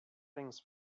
things